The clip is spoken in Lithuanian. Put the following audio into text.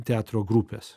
teatro grupės